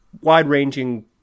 wide-ranging